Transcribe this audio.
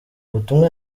ubutumwa